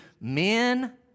Men